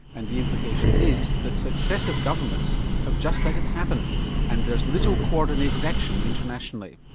and the implication is that successive governments have just let it happen and there's little co-ordinated action internationally.